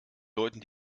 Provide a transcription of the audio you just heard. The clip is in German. leuten